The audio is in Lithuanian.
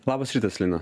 labas rytas lina